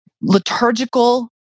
liturgical